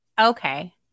Okay